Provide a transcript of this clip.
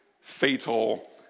fatal